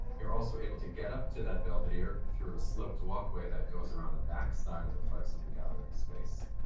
you're also able to get up to that belvedere through a slope to walkway that goes around the backside of the flexible gathering space.